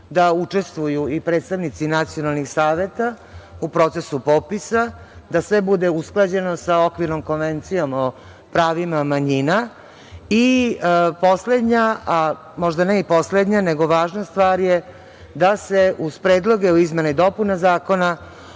da učestvuju i predstavnici nacionalnih saveta u procesu popisa da sve bude usklađeno sa okvirnom konvencijom o pravima manjina i poslednja, a možda ne i poslednja, a važna stvar je, da se uz Predlog u izmene i dopune zakona